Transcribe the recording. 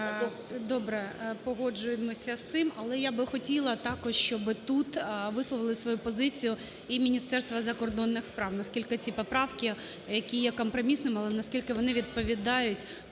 Добре. Погоджуємося з цим. Але я би хотіла також, щоби тут висловили свою позицію і Міністерство закордонних справ, наскільки ці поправки, які є компромісними, але наскільки вони відповідають…